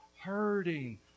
hurting